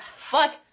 fuck